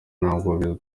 ntabwo